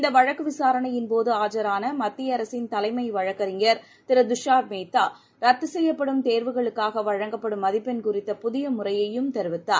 இந்த வழக்கு விசாரணையின்போது ஆஜரான மத்திய அரசின் தலைமை வழக்கறிஞர் திரு துஷார் மேத்தா ரத்து செய்யப்படும் தேர்வுகளுக்காக வழங்கும் மதிப்பெண் குறித்த புதிய முறையையும் தெரிவித்தார்